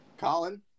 Colin